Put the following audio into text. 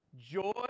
Joy